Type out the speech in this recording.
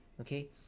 okay